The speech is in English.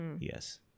Yes